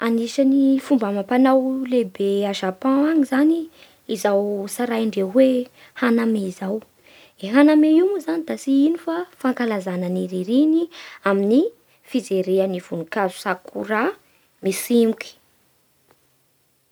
Anisan'ny fomba amam-panao lehibe a Japon agny zany izao tsaraindreo hoe hanami izao. I hanami io moa zany da tsy ino fa fankazana ny ririny amin'ny fijerea ny voninkazo sakura mitsimoky.